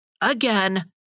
again